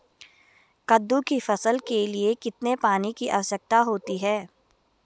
कद्दू की फसल के लिए कितने पानी की आवश्यकता होती है?